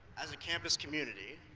as a campus community.